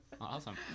Awesome